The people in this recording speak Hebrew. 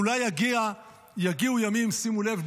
אולי יגיעו ימים" שימו לב,